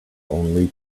only